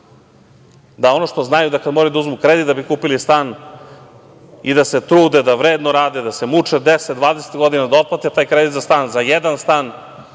da ono što znaju da kada moraju da uzmu kredit da bi kupili stan i da se trude da vredno rade, da se muče 10, 20 godina da otplate taj kredit za stan, za jedan stan.